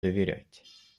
доверять